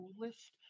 coolest